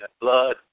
blood